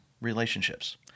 relationships